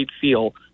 feel